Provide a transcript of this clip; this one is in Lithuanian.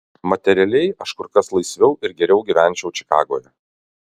materialiai aš kur kas laisviau ir geriau gyvenčiau čikagoje